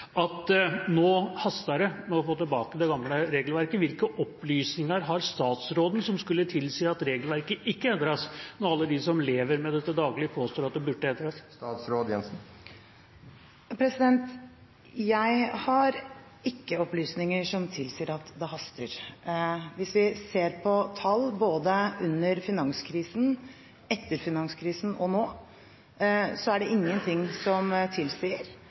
at nå haster det med å få tilbake det gamle regelverket. Hvilke opplysninger har statsråden som skulle tilsi at regelverket ikke endres, når alle de som lever med det til daglig, påstår at det burde endres? Jeg har ikke opplysninger som tilsier at det haster. Hvis vi ser på tall både under finanskrisen, etter finanskrisen og nå, er det ingenting som tilsier